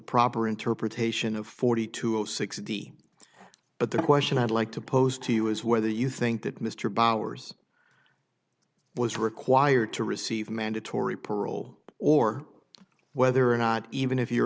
proper interpretation of forty two of sixty but the question i'd like to pose to you is whether you think that mr bowers was required to receive mandatory parole or whether or not even if your